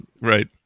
Right